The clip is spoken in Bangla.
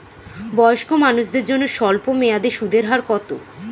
বয়স্ক মানুষদের জন্য স্বল্প মেয়াদে সুদের হার কত?